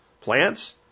plants